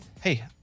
hey